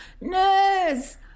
Nurse